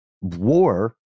war